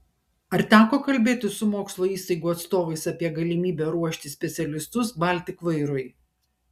ar teko kalbėtis su mokslo įstaigų atstovais apie galimybę ruošti specialistus baltik vairui